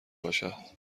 باشد